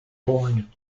bourne